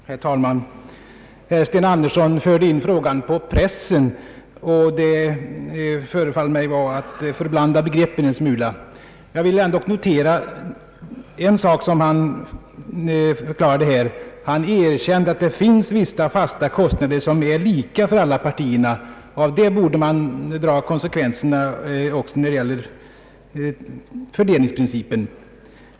Herr talman! Herr Sten Andersson förde in frågan på pressen, och det förefaller mig vara att blanda ihop begreppen en smula. Men jag vill först notera en annan sak. Herr Andersson erkände att det finns vissa fasta kostnader som är lika för alla partier. Därav borde man dra konsekvenserna också när det gäller fördelningsprincipen.